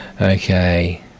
Okay